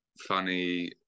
funny